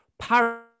Paris